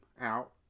out